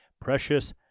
precious